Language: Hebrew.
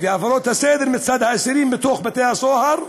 והפרות הסדר מצד האסירים בתוך בתי-הסוהר,